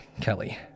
Kelly